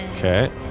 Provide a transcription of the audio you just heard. Okay